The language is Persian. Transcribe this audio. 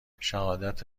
شهادت